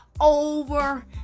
over